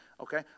okay